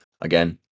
Again